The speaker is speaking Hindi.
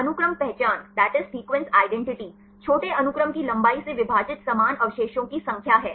अनुक्रम पहचान छोटे अनुक्रम की लंबाई से विभाजित समान अवशेषों की संख्या है